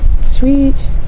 Sweet